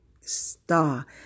star